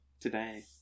Today